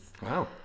Wow